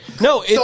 No